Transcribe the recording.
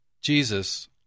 Jesus